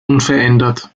unverändert